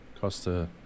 Costa